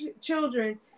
children